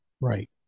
right